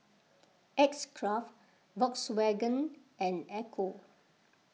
X Craft Volkswagen and Ecco